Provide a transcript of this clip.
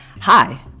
Hi